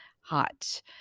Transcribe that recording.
hot